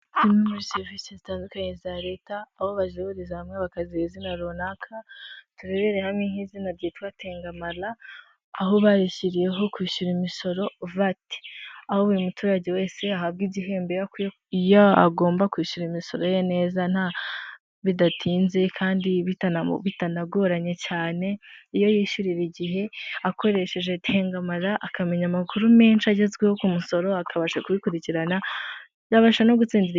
Serivisi zitandukanye za leta aho bazihuriza hamwe bakaziha izina runaka, turebereye hamwe nk'izina ryitwa Tengamara, aho bayishyiriyeho kwishyura imisoro vati aho buri muturage wese ahabwa igihembo iyo agomba kwishyura imisoro ye neza bidatinze kandi bitanagoranye cyane, iyo yishyurira igihe akoresheje Tengamara akamenya amakuru menshi agezweho ku musoro akabasha kubikurikirana yabasha no gutsindiri.